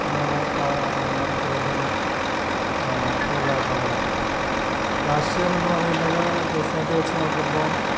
അങ്ങനെയുള്ള എന്നാ ഉത്തരേന്ത്യയിൽ കൂടുതലായിട്ടുള്ളത് രാഷ്ട്രീയമെന്നു പറയുന്നത് ദക്ഷിണേന്ത്യയെ വെച്ചു നോക്കുമ്പം